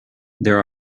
there